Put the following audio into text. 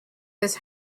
his